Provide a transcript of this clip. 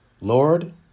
Lord